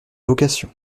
vocation